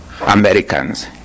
Americans